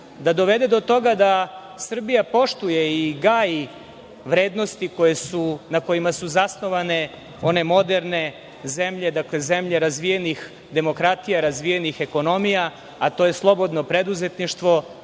da dovede do toga da Srbija poštuje i gaji vrednosti na kojima su zasnovane one moderne zemlje, zemlje razvijenih demokratija, razvijenih ekonomija, a to je slobodno preduzetništvo,